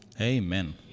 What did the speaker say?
Amen